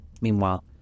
meanwhile